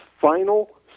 final